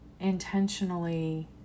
intentionally